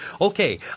Okay